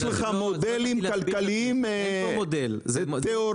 יש לך מודלים כלכליים תיאורטיים.